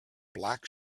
black